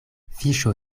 fiŝo